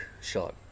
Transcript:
shot